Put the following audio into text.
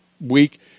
week